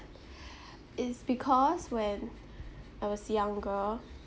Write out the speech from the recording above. is because when I was younger